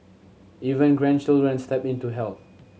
even grandchildren step in to help